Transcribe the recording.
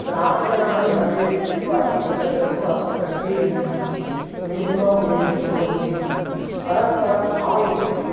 ग्रामजनाः सर्वे मिलित्वा एकत्र गत्वा तत्र क्रीडन्ति मिलित्वा भोजनं कुर्वन्ति परस्परं भावयन्ति